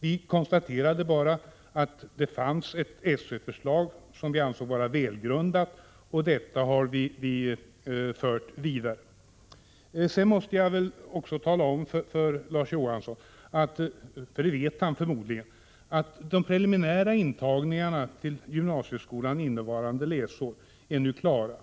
Vi konstaterade att det fanns ett förslag från SÖ som vi ansåg välgrundat och förde vidare. Jag måste också tala om för Larz Johansson — och han vet det förmodligen redan — att de preliminära intagningarna på gymnasieskolan innevarande läsår nu är klara.